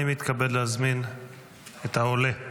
אני מתכבד להזמין את העולה,